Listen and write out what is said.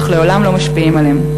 אך לעולם לא משפיעים עליו.